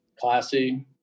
classy